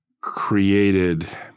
created